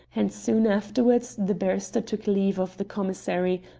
and soon afterwards the barrister took leave of the commissary,